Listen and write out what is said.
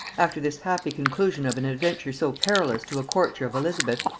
after this happy conclusion of an adventure so perilous to a courtier of elizabeth,